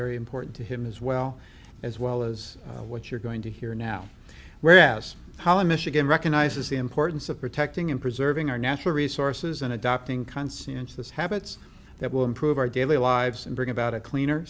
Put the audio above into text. very important to him as well as well as what you're going to hear now whereas holland michigan recognizes the importance of protecting and preserving our natural resources and adopting consonance this habits that will improve our daily lives and bring about a cleaner